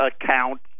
account